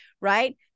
right